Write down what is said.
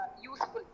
useful